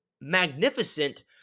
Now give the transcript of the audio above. magnificent